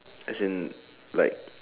as in like